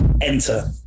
enter